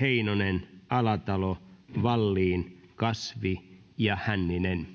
heinonen alatalo wallin kasvi ja hänninen